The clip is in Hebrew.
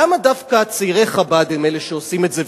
למה דווקא צעירי חב"ד הם אלה שעושים את זה,